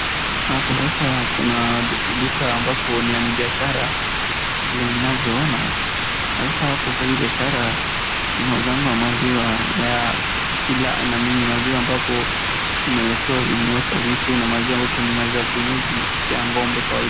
Hapo sasa kuna duka ambapo na ni ya biashara, vile ninavyoona, sasa hapo kwa hii biashara inauzangwa maziwa ya kila aina mingi. Maziwa ambapo imewekewa, imeekwa vitu na maziwa ambapo ni maziwa kienyeji ya ng'ombe kawaida.